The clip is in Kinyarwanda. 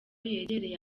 yegereye